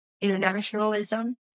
internationalism